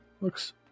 Looks